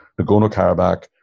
Nagorno-Karabakh